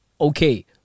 okay